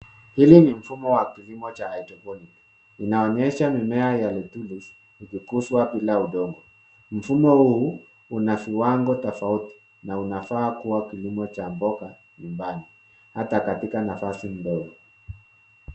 Hili ni mfumo wa kilimo cha hydroponic .Inaonyesha mimea ya lettuce ikikuzwa bila udongo. Mfumo huu una kiwango tofauti na unafaa kuwa kilimo cha mboga nyumbani hata katika nafasi ndogo.